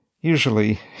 Usually